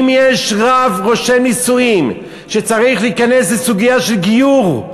אם יש רב רושם נישואים שצריך להיכנס לסוגיה של גיור,